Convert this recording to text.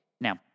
Now